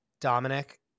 Dominic